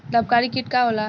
लाभकारी कीट का होला?